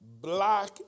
black